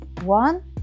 one